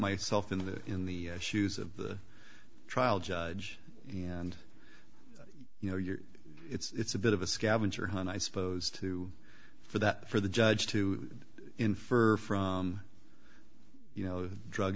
myself in the in the shoes of the trial judge and you know your it's a bit of a scavenger hunt i supposed to for that for the judge to infer from you know drug